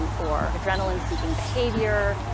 um or adrenaline seeking behavior,